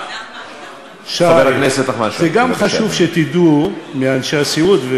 חשוב גם שתדעו על אנשי הסיעוד,